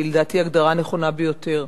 שלדעתי היא הגדרה נכונה ביותר.